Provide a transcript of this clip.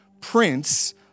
Prince